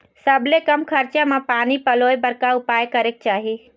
सबले कम खरचा मा पानी पलोए बर का उपाय करेक चाही?